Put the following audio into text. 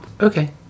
Okay